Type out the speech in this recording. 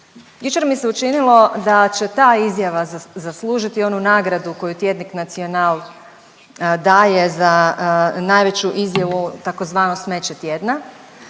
Jučer mi se učinilo da će ta izjava zaslužiti onu nagradu koju tjednik Nacional daje za najveću izjavu tzv. smeće tjedna,